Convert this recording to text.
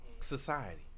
Society